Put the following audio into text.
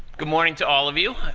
good morning to all of you.